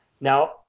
Now